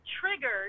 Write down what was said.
triggered